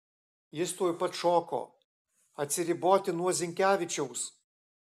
jis tuoj pat šoko atsiriboti nuo zinkevičiaus